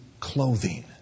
clothing